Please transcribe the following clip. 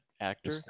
actor